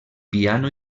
piano